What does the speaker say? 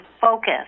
focus